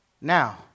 Now